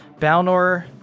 Balnor